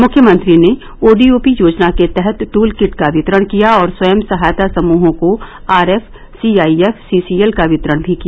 मुख्यमंत्री ने ओडीओपी योजना के तहत टूल किट का वितरण किया और स्वयं सहायता समूहों को आरएफ सीआईएफ सीसीएल का वितरण भी किया